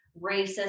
racist